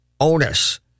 onus